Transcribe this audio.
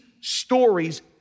stories